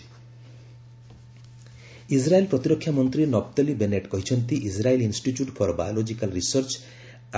IIBR antibody Israel ପ୍ରତିରକ୍ଷାମନ୍ତ୍ରୀ Naftali Bennett କହିଛନ୍ତି Israel institute for biological research